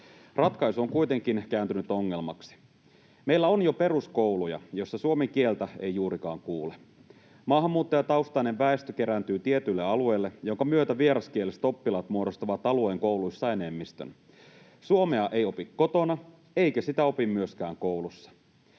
Ratkaisu on kuitenkin kääntynyt ongelmaksi. Meillä on jo peruskouluja, joissa suomen kieltä ei juurikaan kuule. Maahanmuuttajataustainen väestö kerääntyy tietyille alueille, minkä myötä vieraskieliset oppilaat muodostavat alueen kouluissa enemmistön. Suomea ei opi kotona, eikä sitä opi myöskään koulussa.